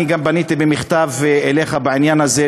אני גם פניתי אליך במכתב בעניין הזה,